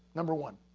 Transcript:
number one.